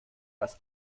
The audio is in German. das